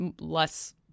less